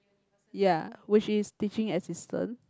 ya which is teaching assistant